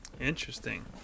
Interesting